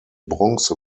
bronze